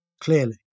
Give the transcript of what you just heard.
clearly